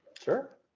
sure